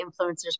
Influencers